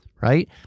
right